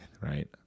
Right